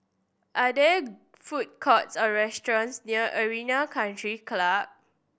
are there food courts or restaurants near Arena Country Club